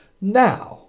now